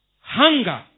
hunger